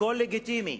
הכול לגיטימי,